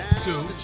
Two